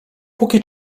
póki